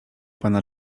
pana